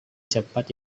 cepat